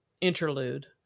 interlude